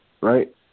right